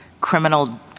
criminal